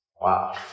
wow